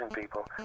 people